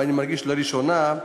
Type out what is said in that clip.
ואני מדגיש: לראשונה,